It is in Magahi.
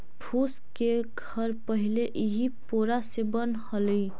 फूस के घर पहिले इही पोरा से बनऽ हलई